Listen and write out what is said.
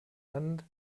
and